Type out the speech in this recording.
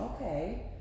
okay